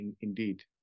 indeed